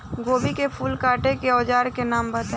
गोभी के फूल काटे के औज़ार के नाम बताई?